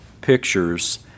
pictures